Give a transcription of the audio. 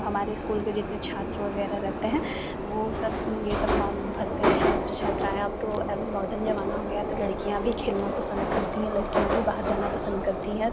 हमारे स्कूल के जितने छात्र वगैरह रहते हैं वो सब ये सब फॉर्म भरते हैं छात्र छात्राएँ अब तो अब मॉडर्न जमाना हो गया है तो लड़कियाँ भी खेलना पसंद करती हैं लड़कियाँ भी बाहर जाना पसंद करती हैं